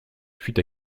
fut